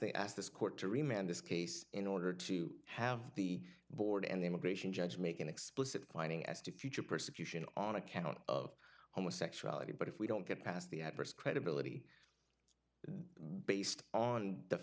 they asked this court to remand this case in order to have the board and the immigration judge make an explicit finding as to future persecution on account of homosexuality but if we don't get past the adverse credibility based on the